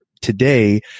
today